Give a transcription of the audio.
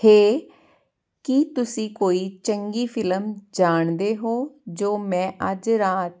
ਹੇ ਕੀ ਤੁਸੀਂ ਕੋਈ ਚੰਗੀ ਫਿਲਮ ਜਾਣਦੇ ਹੋ ਜੋ ਮੈਂ ਅੱਜ ਰਾਤ